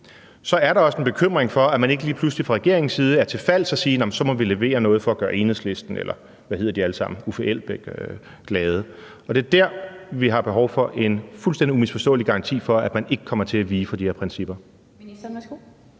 er der også en bekymring for, at man ikke lige pludselig fra regeringens side er til fals i forhold til at sige, at man så må levere noget for at gøre Enhedslisten eller Uffe Elbæk, eller hvad de hedder alle sammen, glade. Og det er der, vi har behov for en fuldstændig umisforståeligt garanti for, at man ikke kommer til at vige fra de her principper. Kl. 15:57 Den fg.